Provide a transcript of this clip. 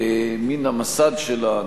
מן המסד שלה,